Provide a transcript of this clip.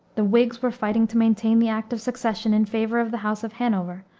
the whigs were fighting to maintain the act of succession in favor of the house of hanover,